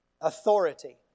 Authority